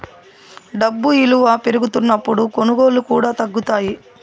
డబ్బు ఇలువ పెరుగుతున్నప్పుడు కొనుగోళ్ళు కూడా తగ్గుతాయి